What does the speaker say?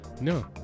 No